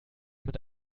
mit